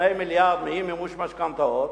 2 מיליארדים מאי-מימוש משכנתאות,